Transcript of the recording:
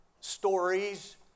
stories